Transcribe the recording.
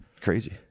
Crazy